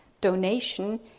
donation